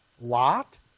Lot